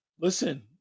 Listen